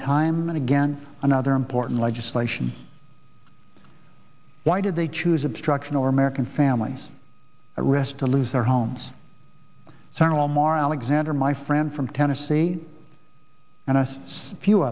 time and again another important legislation why did they choose obstruction or american families at risk to lose their homes several more alexander my friend from tennessee and us few